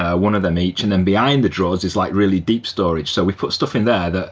ah one of them each and then behind the drawers is like really deep storage, so we put stuff in there that,